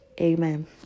Amen